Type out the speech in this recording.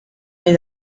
hay